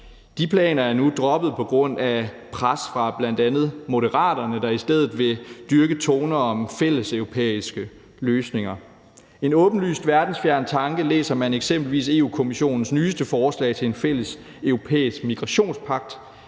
De planer er nu droppet på grund af pres fra bl.a. Moderaterne, der i stedet vil dyrke toner om fælleseuropæiske løsninger. En åbenlyst verdensfjern tanke kan man eksempelvis læse i Europa-Kommissionens nyeste forslag til en fælleseuropæisk migrationspagt